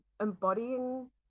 embodying